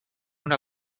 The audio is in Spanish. una